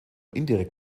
indirekt